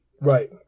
right